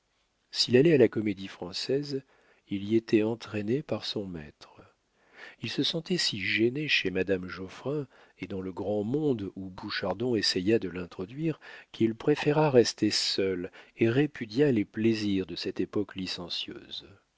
s'il allait à la comédie-française il y était entraîné par son maître il se sentait si gêné chez madame geoffrin et dans le grand monde où bouchardon essaya de l'introduire qu'il préféra rester seul et répudia les plaisirs de cette époque licencieuse